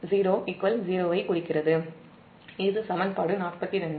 இந்த சமன்பாடு - 42